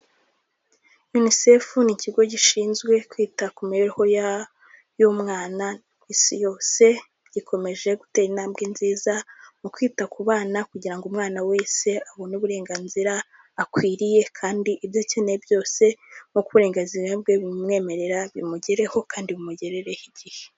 UNICEF ni ikigo gishinzwe kwita ku mibereho ya y'umwana ku isi yose. Gikomeje gutera intambwe nziza mu kwita ku bana kugira ngo umwana wese abone uburenganzira akwiriye kandi ibyo akeneye byose nk'uko uburenganza bwe bubimwemerera bumugereho kandi bumugerereho igihe.